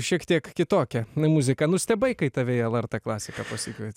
šiek tiek kitokia muzika nustebai kai tave į lrt klasiką pasikvietė